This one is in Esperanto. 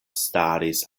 staris